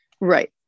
Right